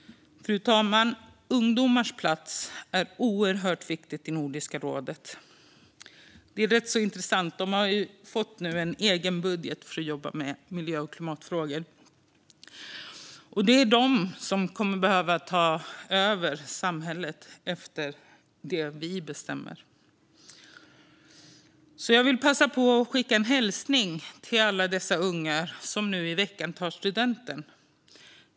Fru talman! Ungdomars plats är något oerhört viktigt i Nordiska rådet. Det är rätt så intressant. De har nu fått en egen budget för att jobba med miljö och klimatfrågor. Det är de som kommer att behöva ta över samhället efter det vi bestämmer. Jag vill passa på att skicka en hälsning till alla dessa unga som nu i veckan tar studenten.